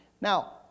Now